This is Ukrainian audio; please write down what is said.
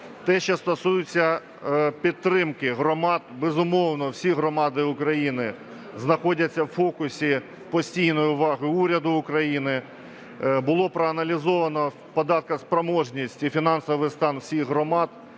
Те, що стосується підтримки громад. Безумовно, всі громади України знаходяться у фокусі постійної уваги уряду України. Було проаналізовано в податках спроможність і фінансовий стан усіх громад.